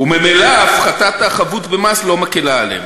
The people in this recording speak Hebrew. וממילא הפחתת החבות במס לא מקלה עליהם.